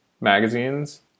magazines